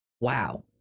wow